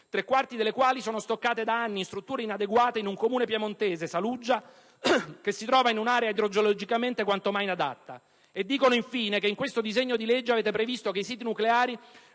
tre quarti delle quali sono stoccate da anni in strutture inadeguate in un Comune piemontese, Saluggia, che si trova in un'area idrogeologicamente quanto mai inadatta. E dicono, infine, che nel disegno di legge n. 1195 avete previsto che i siti nucleari